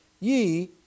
ye